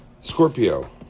Scorpio